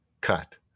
cut